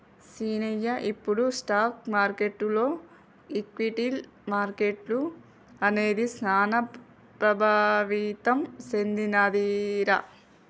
సీనయ్య ఇప్పుడు స్టాక్ మార్కెటులో ఈక్విటీ మార్కెట్లు అనేది సాన ప్రభావితం సెందినదిరా